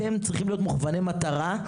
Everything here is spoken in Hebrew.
אתם צריכים להיות מוכווני מטרה,